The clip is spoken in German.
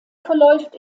verläuft